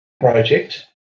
project